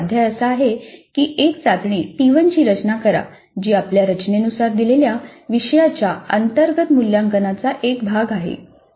तर स्वाध्याय असा आहे की एक चाचणी टी 1 ची रचना करा जी आपल्या रचनेनुसार दिलेल्या विषयाच्या अंतर्गत मूल्यांकनचा एक भाग आहे